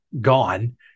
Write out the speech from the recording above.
gone